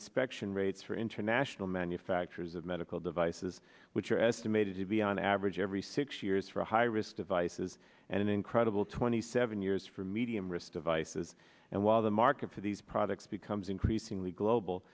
inspection rates for international manufacturers of medical devices which are estimated to be on average every six years for high risk devices and an incredible twenty seven years for medium risk devices and while the market for these products becomes increasingly global